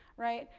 right,